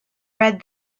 read